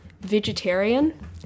vegetarian